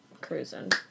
cruising